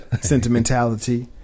sentimentality